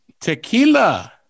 Tequila